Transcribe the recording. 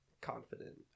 confident